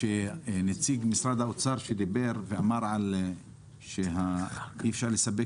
נציג משרד האוצר אמר שאי אפשר לספק